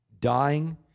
dying